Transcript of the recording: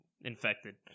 infected